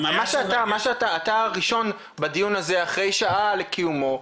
אתה הראשון בדיון הזה אחרי שעה לקיומו,